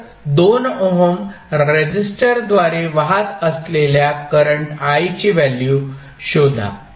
तर 2 ओहम रेसिस्टरद्वारे वाहत असलेल्या करंट I ची व्हॅल्यू शोधा